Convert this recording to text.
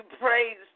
praise